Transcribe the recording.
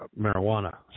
marijuana